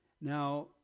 Now